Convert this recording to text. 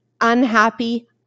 unhappy